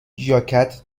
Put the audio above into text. ژاکت